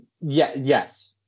Yes